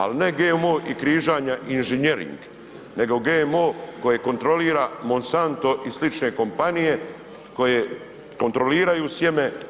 Ali ne GMO i križanja inženjering nego GMO koje kontrolira Monsanto i slične kompanije koje kontroliraju sjeme.